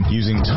using